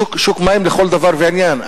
שוק מים לכל דבר ועניין.